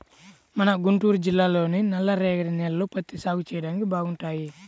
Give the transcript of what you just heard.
మన గుంటూరు జిల్లాలోని నల్లరేగడి నేలలు పత్తి సాగు చెయ్యడానికి బాగుంటాయి